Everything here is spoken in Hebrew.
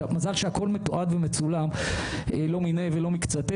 מזל שהכול מתועד ומצולם לא מיני ולא מקצתי